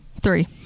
Three